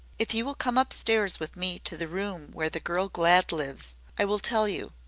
if you will come upstairs with me to the room where the girl glad lives, i will tell you,